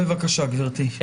בבקשה, גברתי.